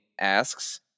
asks